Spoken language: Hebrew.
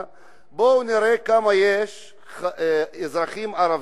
בואו נראה כמה אזרחים ערבים,